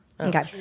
Okay